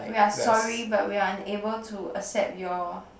we are sorry but we are unable to accept your